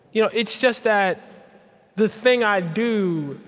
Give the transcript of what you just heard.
you know it's just that the thing i do,